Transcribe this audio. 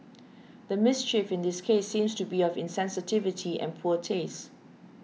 the mischief in this case seems to be of insensitivity and poor taste